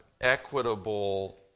equitable